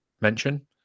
mention